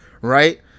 right